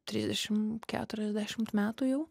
trisdešim keturiasdešimt metų jau